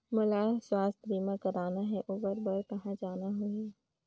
मोला स्वास्थ बीमा कराना हे ओकर बार कहा जाना होही?